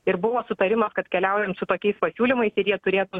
ir buvo sutarimas kad keliaujant su tokiais pasiūlymais ir jie turėtų